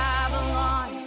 Babylon